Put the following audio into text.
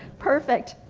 perfect,